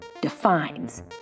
defines